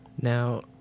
Now